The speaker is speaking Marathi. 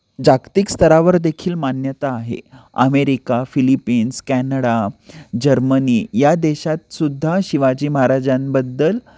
जागतिक स्तरावर देेखील मान्यता आहे अमेरिका फिलिपीन्स कॅनडा जर्मनी या देशातसुद्धा शिवाजी महाराजांबद्दल